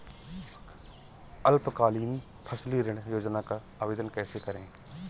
अल्पकालीन फसली ऋण योजना का आवेदन कैसे करें?